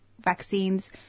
vaccines